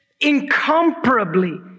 incomparably